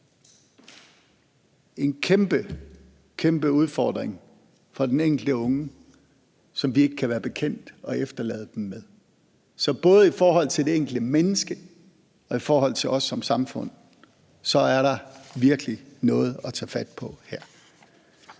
kæmpe udfordring for den enkelte unge, som vi kan være bekendt at efterlade dem med. Så både i forhold til det enkelte menneske og i forhold til os som samfund er der virkelig noget at tage fat på her.